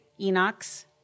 Enochs